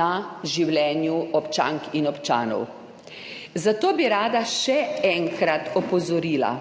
na življenju občank in občanov. Zato bi rada še enkrat opozorila,